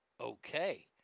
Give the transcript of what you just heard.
Okay